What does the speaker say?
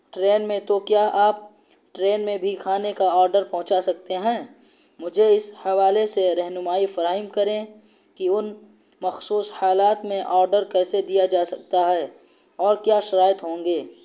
train میں تو کیا آپ ٹرین بھی کھانے کا آرڈر پہنچا سکتے ہیں مجھے اس حوالے سے رہنمائی فراہم کریں کہ ان مخصوص حالات میں آرڈر کیسے دیا جا سکتا ہے اور کیا شرائط ہوں گے